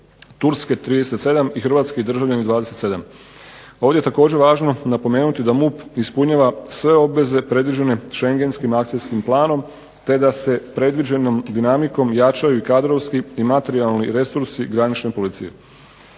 Turske 37 i hrvatski državljani 27. Ovdje je također važno napomenuti da MUP ispunjava sve obveze predviđene Schengenskim akcijskim planom, te da se predviđenom dinamikom jačaju i kadrovski i materijalni resursi granične policije.